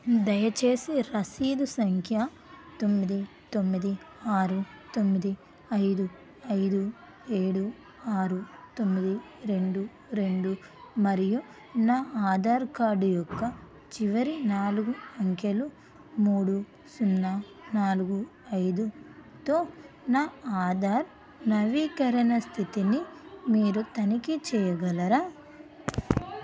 దయచేసి రసీదు సంఖ్య తొమ్మిది తొమ్మిది ఆరు తొమ్మిది ఐదు ఐదు ఏడు ఆరు తొమ్మిది రెండు రెండు మరియు నా ఆధార్ కార్డ్ యొక్క చివరి నాలుగు అంకెలు మూడు సున్నా నాలుగు ఐదుతో నా ఆధార్ నవీకరణ స్థితిని మీరు తనిఖీ చేయగలరా